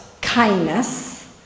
kindness